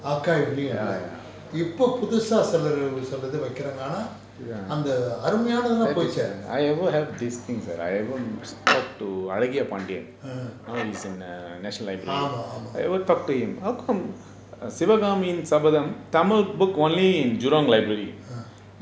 இப்போ புதுசா சிலரு சொல்றது வைக்குறாங்க ஆனா அருமையானதுலாம் போச்சு:ippo puthusa silaru solratha vaikuranga anaa arumayanathulaam pochu err ஆமா ஆமா:aama aama